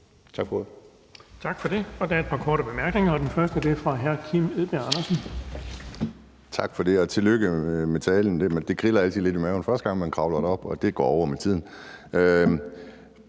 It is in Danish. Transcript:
Tak for det.